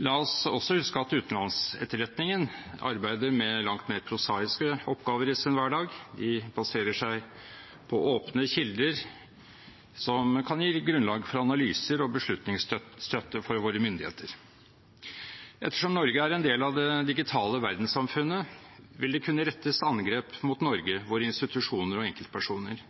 La oss også huske at utenlandsetterretningen arbeider med langt mer prosaiske oppgaver i sin hverdag. De baserer seg på åpne kilder som kan gi grunnlag for analyser og beslutningsstøtte for våre myndigheter. Ettersom Norge er en del av det digitale verdenssamfunnet, vil det kunne rettes angrep mot Norge, våre institusjoner og enkeltpersoner.